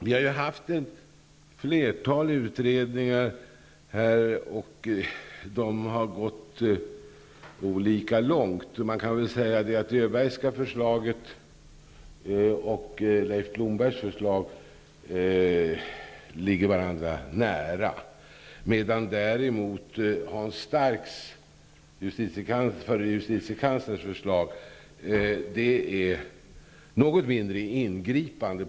Vi har haft ett flertal utredningar, och de har gått olika långt. Det Öbergska förslaget och Leif Blombergs förslag ligger varandra nära, medan däremot förre justitiekansler Hans Starks förslag är något mindre ingripande.